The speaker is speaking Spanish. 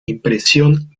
impresión